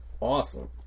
awesome